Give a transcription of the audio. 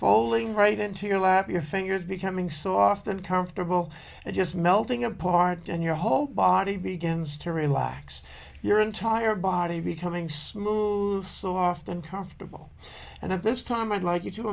falling right into your lap your fingers becoming soft and comfortable and just melting apart and your whole body begins to relax your entire body becoming smooth soft uncomfortable and at this time i'd like